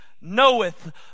knoweth